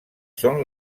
són